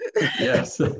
Yes